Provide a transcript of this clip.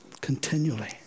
continually